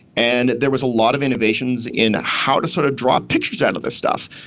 and there was a lot of innovations in how to sort of draw up pictures out of this stuff.